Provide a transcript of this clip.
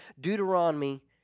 Deuteronomy